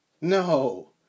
No